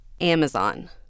Amazon